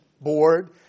Board